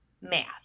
math